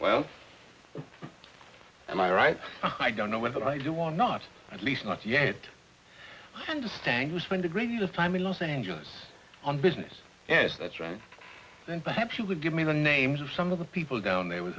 well i write i don't know what i do or not at least not yet i understand you spend a great deal of time in los angeles on business yes that's right and perhaps you would give me the names of some of the people down there w